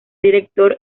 director